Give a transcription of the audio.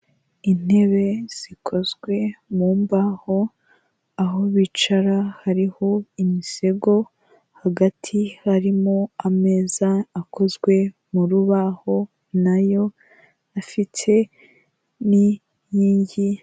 Intebe zikozwe mu mbaho, aho bicara hariho imisego, hagati harimo ameza akozwe mu rubaho nayo afite ni inkingi...